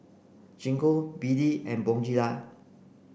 Gingko B D and Bonjela